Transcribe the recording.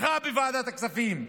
בכה בוועדת הכספים,